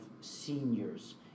seniors